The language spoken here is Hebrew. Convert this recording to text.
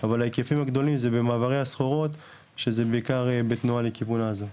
אבל ההיקפים הגדולים זה במעברי הסחורות שזה בעיקר בתנועה לכיוון עזה.